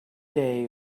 day